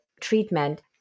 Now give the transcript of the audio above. treatment